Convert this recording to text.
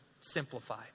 simplify